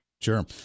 Sure